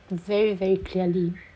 very very clearly